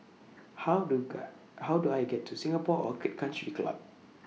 How Do How Do I get to Singapore Orchid Country Club